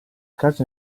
caso